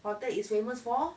hotel is famous for